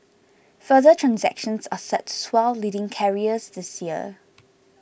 further transactions are set to swell leading carriers this year